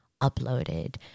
uploaded